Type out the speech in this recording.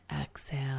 exhale